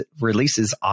releases